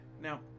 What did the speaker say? Now